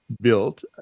Built